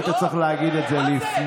היית צריך להגיד את זה לפני.